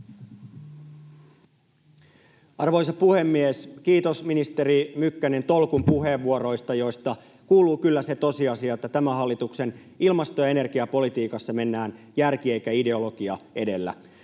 Arvoisa puhemies! Kiitos, ministeri Mykkänen, tolkun puheenvuoroista, joista kuuluu kyllä se tosiasia, että tämän hallituksen ilmasto- ja energiapolitiikassa mennään järki eikä ideologia edellä.